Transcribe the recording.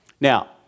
Now